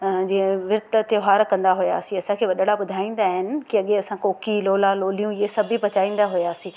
जीअं विर्तु त्योहार कंदा हुयासीं असांखे वॾणा ॿुधाईंदा आहिनि कि अॻे असां कोकी लोला लोलियूं ईअं सभु बि पचाईंदा हुयासीं